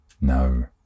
No